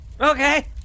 Okay